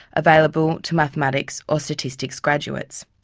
available to mathematics or statistics graduates.